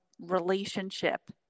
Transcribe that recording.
relationship